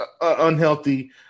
unhealthy